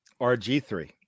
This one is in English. RG3